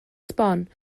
sbon